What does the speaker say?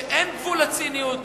שאין גבול לציניות,